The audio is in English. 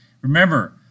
Remember